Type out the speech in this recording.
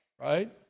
Right